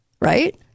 right